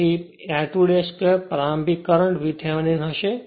તેથી I2 પ્રારંભિક current VThevenin હશે